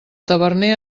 taverner